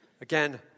again